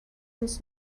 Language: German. uns